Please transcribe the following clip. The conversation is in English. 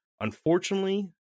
unfortunately